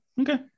okay